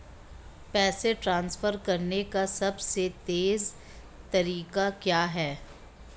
पैसे ट्रांसफर करने का सबसे तेज़ तरीका क्या है?